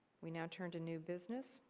we now turn to new business.